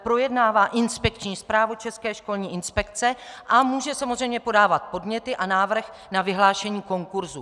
Projednává inspekční zprávu České školní inspekce a může samozřejmě podávat podněty a návrh na vyhlášení konkursu.